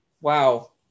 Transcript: Wow